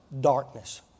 darkness